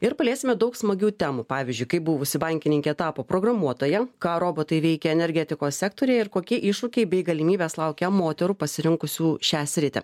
ir paliesime daug smagių temų pavyzdžiui kaip buvusi bankininkė tapo programuotoja ką robotai veikia energetikos sektoriuje ir kokie iššūkiai bei galimybės laukia moterų pasirinkusių šią sritį